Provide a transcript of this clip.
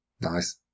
Nice